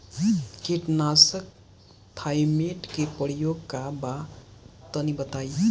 कीटनाशक थाइमेट के प्रयोग का बा तनि बताई?